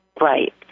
Right